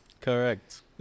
Correct